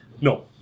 No